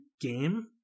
game